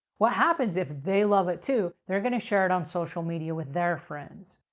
what happens if they love it too, they're going to share it on social media with their friends.